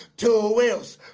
two wheels